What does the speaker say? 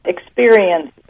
experience